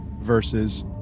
versus